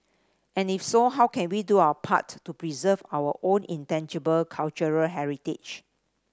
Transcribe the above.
and if so how can we do our part to preserve our own intangible cultural heritage